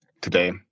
today